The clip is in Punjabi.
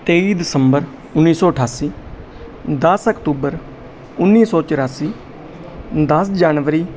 ਤੇਈ ਦਸੰਬਰ ਉੱਨੀ ਸੌ ਅਠਾਸੀ ਦਸ ਅਕਤੂਬਰ ਉੱਨੀ ਸੌ ਚੁਰਾਸੀ ਦਸ ਜਨਵਰੀ